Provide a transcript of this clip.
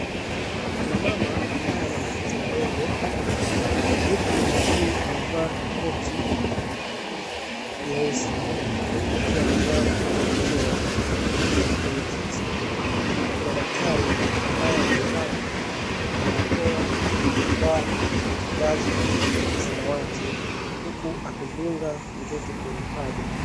Kuna mama amaye ana mtoto mdogo, huku mama huyu amevaa koti nyeusi, huku pia amevaa arakoa. Ameketi kwenye kiti huku kuna daktari ambaye amevaa barakoa, amevaa vazi la samawati huku akidunga mtoto kwenye paja.